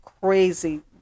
crazy